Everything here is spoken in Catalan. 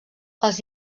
els